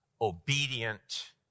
obedient